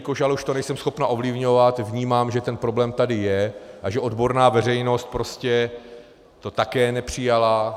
Jelikož ale už to nejsem schopna ovlivňovat, vnímám, že ten problém tady je a že odborná veřejnost to prostě také nepřijala.